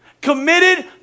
committed